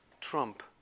trump